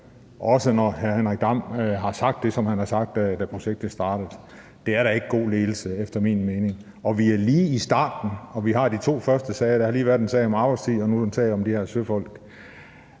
også når hr. Henrik Dam Kristensen har sagt det, som han har sagt, da projektet startede. Det er da ikke god ledelse efter min mening. Vi er lige i starten af det, og vi har de to første sager. Der har lige været en sag om arbejdstid og nu en sag om de her søfolk.